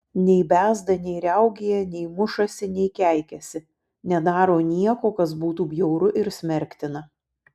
nei bezda nei riaugėja nei mušasi nei keikiasi nedaro nieko kas būtų bjauru ir smerktina